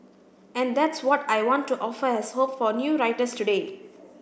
and that's what I want to offer as hope for new writers today